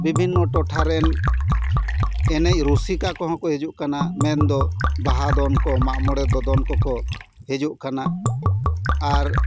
ᱵᱚᱵᱷᱤᱱᱱᱚ ᱴᱚᱴᱷᱟ ᱨᱮᱱ ᱮᱱᱮᱡ ᱨᱩᱥᱤ ᱠᱟ ᱠᱚᱦᱚᱸ ᱠᱚ ᱦᱤᱡᱩᱜ ᱠᱟᱱᱟ ᱢᱮᱱ ᱫᱚ ᱵᱟᱦᱟ ᱫᱚᱱ ᱠᱚ ᱢᱟᱜ ᱢᱚᱬᱮ ᱫᱚᱫᱚᱱ ᱠᱚᱠᱚ ᱦᱤᱡᱩᱜ ᱠᱟᱱᱟ ᱟᱨ